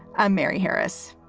i'm mary harris.